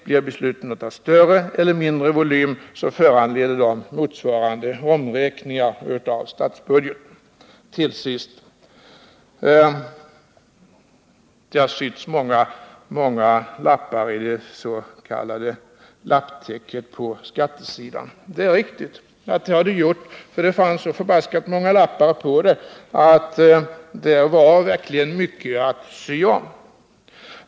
Blir det förändringar av större eller mindre omfattning föranleder de motsvarande omräkningar av statsbudgeten. Det har sytts många lappar i det s.k. lapptäcke som skattesystemet utgör — det är riktigt. Det fanns så många lappar på det att där verkligen var mycket att sy om.